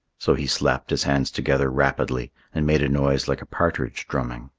so he slapped his hands together rapidly and made a noise like a partridge drumming.